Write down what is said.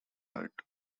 hut